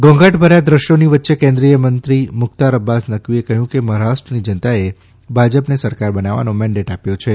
ઘોંઘાટભર્યા દ્રશ્યોની વચ્ચે કેન્દ્રિય મંત્રી મુખ્તાર અબ્બાસ નકવીએ કહ્યું કે મહારાષ્ટ્રની જનતાએ ભાજપને સરકાર બનાવવાનો મેન્ડેટ આપ્યો છે